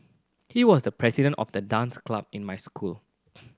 he was the president of the dance club in my school